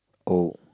oh